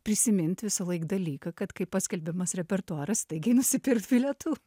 prisimint visąlaik dalyką kad kai paskelbiamas repertuaras staigiai nusipirkt bilietų